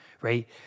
right